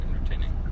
entertaining